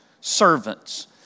servants